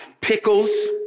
pickles